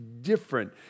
different